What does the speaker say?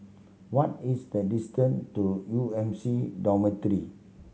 what is the distance to U M C Dormitory